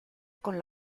con